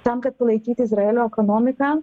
tam kad palaikyti izraelio ekonomiką